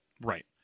right